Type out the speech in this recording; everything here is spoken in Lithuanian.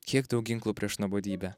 kiek daug ginklų prieš nuobodybę